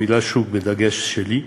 המילה שוק בדגש שלי,